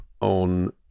on